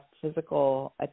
physical